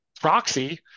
proxy